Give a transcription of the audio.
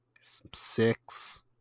six